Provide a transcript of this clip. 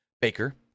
Baker